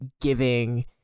giving